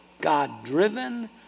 God-driven